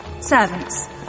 Servants